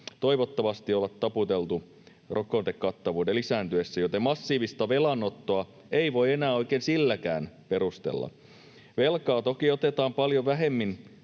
toivottavasti olla taputeltu rokotekattavuuden lisääntyessä, joten massiivista velanottoa ei voi enää oikein silläkään perustella. Velkaa toki otetaan paljon vähemmän